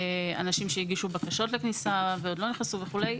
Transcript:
אנשים שהגישו בקשות לכניסה ועוד לא נכנסו, וכו'.